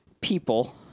people